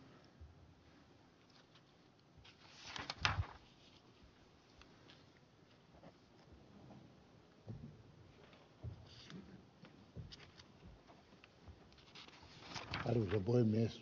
arvoisa puhemies